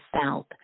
south